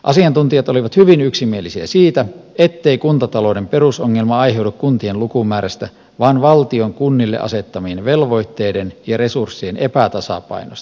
asiantuntijat olivat hyvin yksimielisiä siitä ettei kuntatalouden perusongelma aiheudu kuntien lukumäärästä vaan valtion kunnille asettamien velvoitteiden ja resurssien epätasapainosta